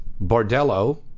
bordello